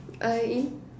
I